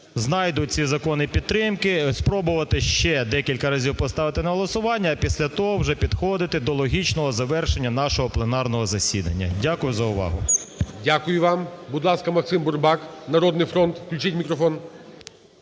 знайдуть ці закони підтримки спробувати ще декілька разів поставити на голосування, а після того вже підходити до логічного завершення нашого пленарного засідання. Дякую за увагу. ГОЛОВУЮЧИЙ. дякую вам. Будь ласка, Максим Бурбак, "Народний фронт". Включіть мікрофон.